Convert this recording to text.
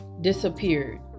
disappeared